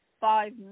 five